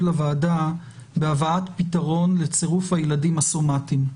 לוועדה בהבאת פתרון לצירוף הילדים הסומטים.